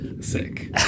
Sick